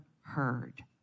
heard